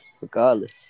Regardless